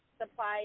supplies